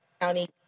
County